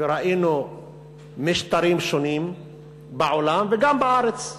וראינו משטרים שונים בעולם וגם בארץ,